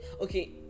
Okay